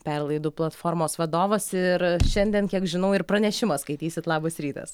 perlaidų platformos vadovas ir šiandien kiek žinau ir pranešimą skaitysit labas rytas